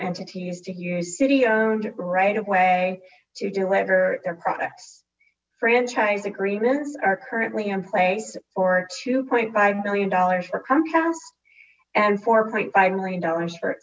entities to use city owned right away to deliver their products franchise agreements are currently in place for two point five million dollars for comcast and four point five million dollars for